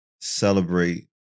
celebrate